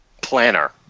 planner